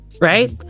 Right